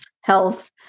health